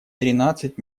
тринадцать